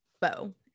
bow